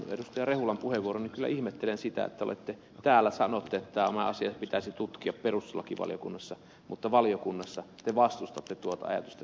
rehulan puheenvuoron niin kyllä ihmettelen sitä että täällä sanotte että tämä asia pitäisi tutkia perustuslakivaliokunnassa mutta valiokunnassa te vastustitte tuota ajatusta